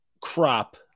crop